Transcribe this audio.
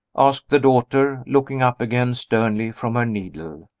asked the daughter, looking up again sternly from her needle.